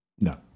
No